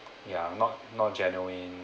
ya not not genuine